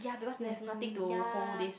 you have ya